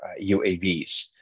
UAVs